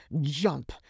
Jump